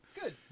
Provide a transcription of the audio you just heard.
Good